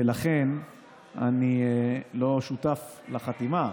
ולכן אני לא שותף לחתימה.